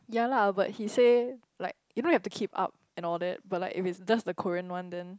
yea lah but he say like you don't have to keep up and all that but like if it's just a Korean one then